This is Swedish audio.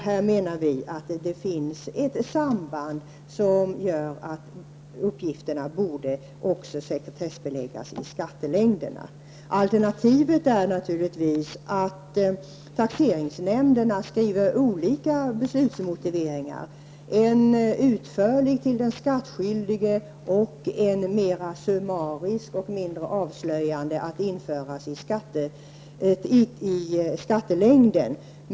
Här menar vi att det finns ett samband som gör att uppgifterna också borde kunna sekretessbeläggas i skattelängderna. Alternativet är naturligtvis att taxeringsnämnden skriver olika beslutsmotiveringar: en utförligare till den skattskyldige och en mera summarisk och mindre avslöjande att införas i skattelängden.